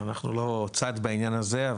אנחנו לא צד בעניין בדבר הזה.